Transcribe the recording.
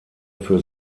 für